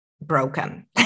broken